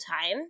time